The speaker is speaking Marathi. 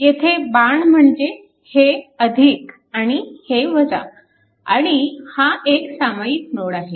येथे बाण म्हणजे हे आणि हे आणि हा एक सामायिक नोड आहे